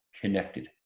connected